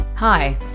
Hi